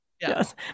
yes